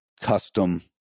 custom